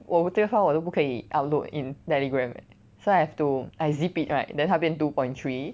我这个 file 我都不可以 upload in telegram eh so I have to I zip it right then 它变 two point three